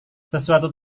sesuatu